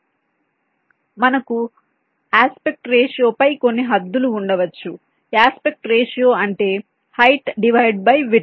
కాబట్టి మనకు aspect ratio పై కొన్ని హద్దులు ఉండవచ్చు యాస్పెక్ట్ రేషియో అంటే హయిట్ డివైడ్ బై విడ్త్